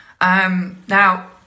Now